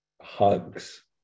hugs